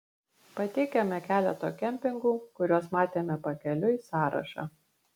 pateikiame keleto kempingų kuriuos matėme pakeliui sąrašą